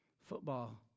football